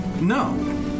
No